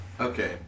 Okay